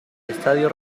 estadio